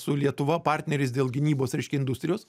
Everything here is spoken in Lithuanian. su lietuva partneris dėl gynybos reiškia industrijos